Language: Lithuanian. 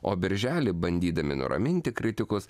o birželį bandydami nuraminti kritikus